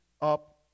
up